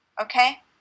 Okay